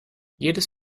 jedes